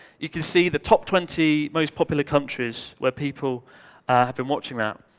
you can see the top twenty most popular countries where people have been watching that.